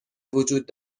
وجود